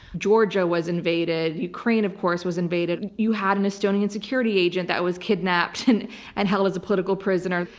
georgia was invaded, ukraine of course was invaded. you had an estonian security agent that was kidnapped and and held as a political prisoner.